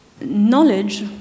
knowledge